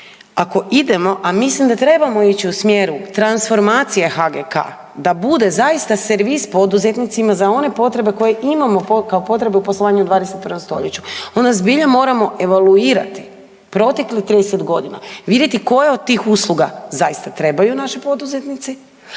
ako idemo, a mislim da trebamo ići u smjeru transformacije HGK da bude zaista servis poduzetnicima za one potrebe koje imamo kao potrebe u poslovanju u 21. stoljeću. Onda zbilja moramo evaluirati proteklih 30.g. i vidjeti koje od tih usluga zaista trebaju naši poduzetnici,